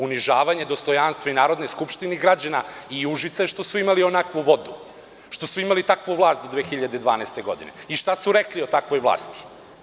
Unižavanje dostojanstva i Narodne skupštine i građana i Užica je što su imali onakvu vodu, što su imali takvu vlast do 2012. godine i šta su rekli o takvoj vlasti?